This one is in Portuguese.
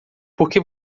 porque